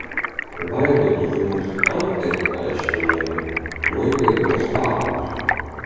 laidotuvių muzikantai aiškino ji tuoj giedos kalnus